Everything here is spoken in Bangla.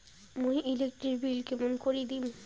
মুই ইলেকট্রিক বিল কেমন করি দিম?